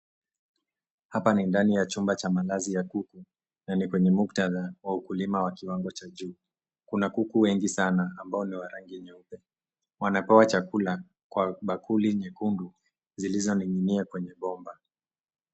Hapa ni ndani chumba cha malazi ya kuku, na ni kwenye muktadha wa ukulima wa kiwango cha juu. Kuna kuku wengi sana, ambao ni wa rangi nyeupe. Wanapewa chakula kwa bakuli nyekundu, zilizoning'inia kwenye bomba.